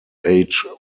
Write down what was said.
age